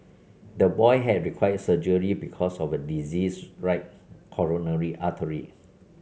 the boy had required surgery because of a diseased right coronary artery